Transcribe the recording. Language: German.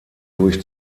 durch